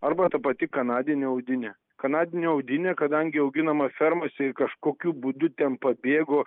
arba ta pati kanadinė audinė kanadinė audinė kadangi auginama fermose ir kažkokiu būdu ten pabėgo